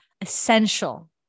essential